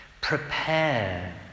prepare